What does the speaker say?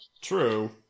True